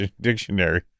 Dictionary